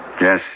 Yes